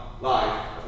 life